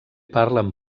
parlen